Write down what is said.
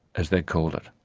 as they called it.